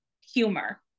humor